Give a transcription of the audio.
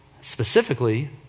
specifically